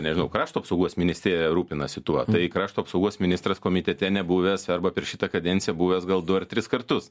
nežinau krašto apsaugos ministerija rūpinasi tuo tai krašto apsaugos ministras komitete nebuvęs arba per šitą kadenciją buvęs gal du ar tris kartus